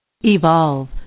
Evolve